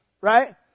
right